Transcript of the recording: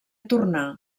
tornar